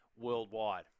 worldwide